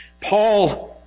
Paul